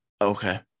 Okay